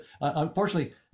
unfortunately